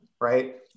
right